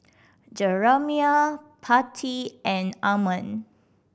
Jeramiah Patti and Ammon